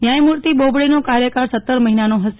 ન્યાયમૂર્તિ બોબડેનો કાર્યકાળ સત્તર મહિનાનો હશે